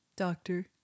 doctor